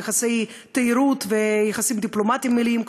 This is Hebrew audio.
יחסי תיירות ויחסים דיפלומטיים מלאים,